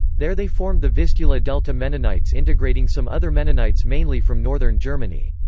there they formed the vistula delta mennonites integrating some other mennonites mainly from northern germany.